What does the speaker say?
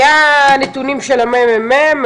לפי הנתונים של הממ"מ,